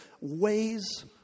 ways